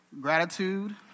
gratitude